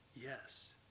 Yes